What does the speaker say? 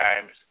times